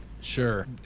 sure